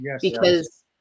because-